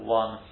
one